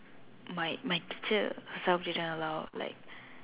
my my teacher some didn't allow like